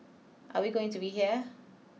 are we going to be here